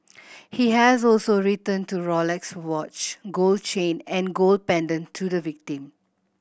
he has also returned to Rolex watch gold chain and gold pendant to the victim